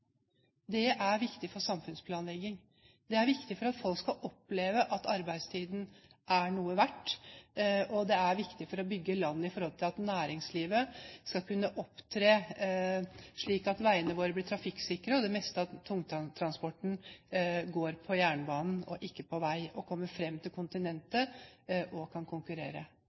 Det er viktig for samfunnsplanleggingen. Det er viktig for at folk skal oppleve at arbeidstiden er noe verdt. Det er viktig for å bygge landet og for at veiene våre blir trafikksikre, og for at det meste av tungtransporten går på jernbane og ikke på vei og kommer fram til kontinentet, slik at næringslivet kan konkurrere.